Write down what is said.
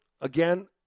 again